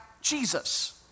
Jesus